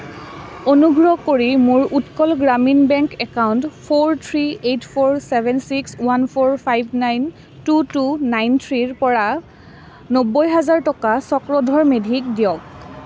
অনুগ্ৰহ কৰি মোৰ Utkal Gramin bank account four three eight four seven six one four five nine two two nine থ্ৰীৰ পৰা নব্বৈ হাজাৰ টকা চক্ৰধৰ মেধিক দিয়ক